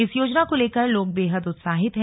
इस योजना को लेकर लोग बेहद उत्साहित हैं